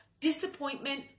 disappointment